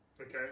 okay